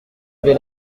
avait